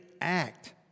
act